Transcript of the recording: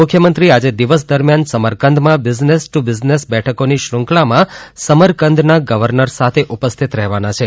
મુખ્યમંત્રી આજે દિવસ દરમ્યાન સમરકંદ માં બિઝનેસ ટુ બિઝનેસ બેઠકો ની શ્રુંખલા માં સમરકંદ ના ગવર્નર સાથે ઉપસ્થિત રહેવાના છે